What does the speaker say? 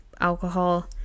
alcohol